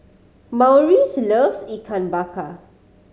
Maurice loves Ikan Bakar